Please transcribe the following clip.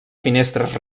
finestres